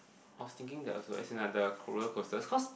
I was thinking that also as in roller coaster because